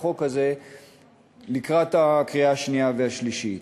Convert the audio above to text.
החוק הזה לקראת הקריאה השנייה והשלישית.